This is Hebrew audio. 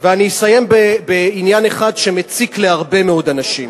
ואני אסיים בעניין אחד שמציק להרבה מאוד אנשים.